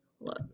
Look